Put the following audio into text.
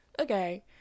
Okay